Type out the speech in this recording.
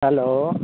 hello